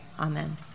amen